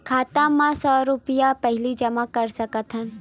खाता मा सौ रुपिया पहिली जमा कर सकथन?